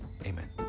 Amen